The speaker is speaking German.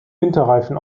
winterreifen